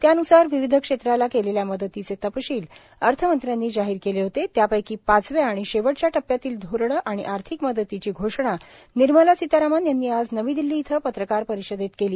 त्यानुसार विविध क्षेत्राला केलेल्या मदतीचे तपशील आर्थमंत्र्यांनी जाहीर केले होते त्यापैकी पाचव्या आणि शेवटच्या टप्प्यातील धोरणे आणि आर्थिक मदतीची घोषणा निर्मल सीतारामन यांनी आज नवी दिल्ली इथे पत्रकार परिषदेत केली